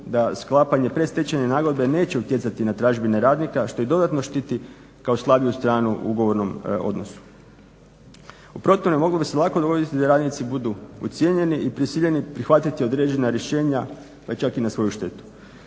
da sklapanje predstečajne nagodbe neće utjecati na tražbine radnika što i dodatno štiti kao slabiju stranu u ugovornom odnosu. U protivnome moglo bi se lako dogoditi da radnici budu ucijenjeni i prisiljeni prihvatiti određena rješenja pa čak i na svoju štetu.